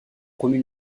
promu